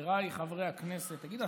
חבריי חברי הכנסת תגיד,